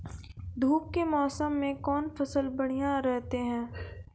धूप के मौसम मे कौन फसल बढ़िया रहतै हैं?